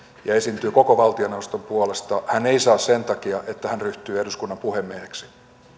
ja esiintyy koko valtioneuvoston puolesta hän ei saa sen takia että hän ryhtyy eduskunnan puhemieheksi